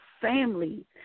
family